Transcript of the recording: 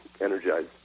energized